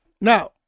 Now